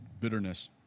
bitterness